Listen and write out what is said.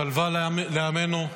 שלווה לעמנו.